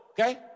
okay